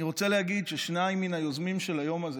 אני רוצה להגיד ששניים מן היוזמים של היום הזה,